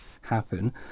happen